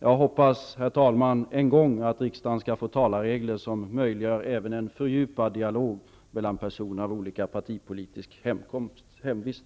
Jag hoppas, herr talman, att riksdagen en gång skall få debattregler som möjliggör även en fördjupad dialog mellan personer av olika partipolitisk hemvist.